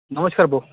नमस्कार भाऊ